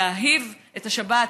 להאהיב את השבת,